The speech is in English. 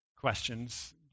questions